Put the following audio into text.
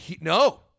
No